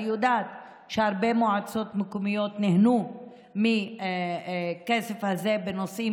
אני יודעת שהרבה מועצות מקומיות נהנו מהכסף הזה בנושאים